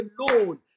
alone